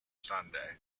sunday